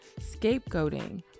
scapegoating